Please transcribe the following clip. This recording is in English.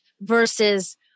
versus